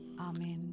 Amen